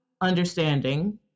understanding